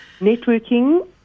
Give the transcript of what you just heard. Networking